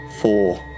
Four